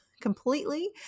completely